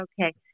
Okay